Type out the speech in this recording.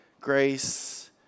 grace